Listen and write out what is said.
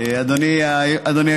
חמישה